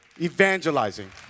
evangelizing